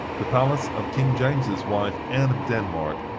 the palace of king james's wife, anne of denmark,